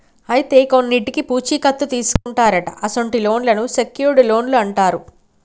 అయితే కొన్నింటికి పూచీ కత్తు తీసుకుంటారట అసొంటి లోన్లను సెక్యూర్ట్ లోన్లు అంటారు